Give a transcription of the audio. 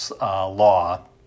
law